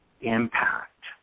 impact